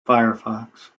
firefox